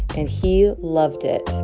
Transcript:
and he loved it